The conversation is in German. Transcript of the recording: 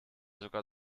sogar